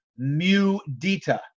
MUDITA